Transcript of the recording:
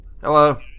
Hello